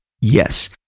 yes